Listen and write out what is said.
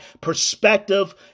perspective